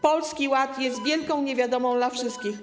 Polski Ład jest wielką niewiadomą dla wszystkich.